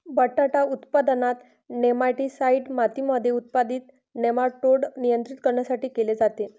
बटाटा उत्पादनात, नेमाटीसाईड मातीमध्ये उत्पादित नेमाटोड नियंत्रित करण्यासाठी केले जाते